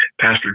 Pastor